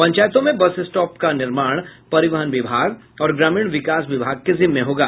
पंचायतों में bus stop का निर्माण परिवहन विभाग और ग्रामीण विकास विभाग के जिम्मे होगा